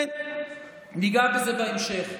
כן, ניגע בזה בהמשך.